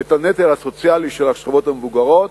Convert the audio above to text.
את הנטל הסוציאלי של השכבות המבוגרות.